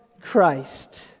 Christ